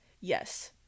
Yes